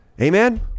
Amen